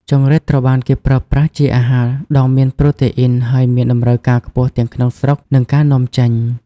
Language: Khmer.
ចង្រិតត្រូវបានគេប្រើប្រាស់ជាអាហារដ៏មានប្រូតេអ៊ីន ហើយមានតម្រូវការខ្ពស់ទាំងក្នុងស្រុក និងការនាំចេញ។